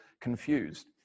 confused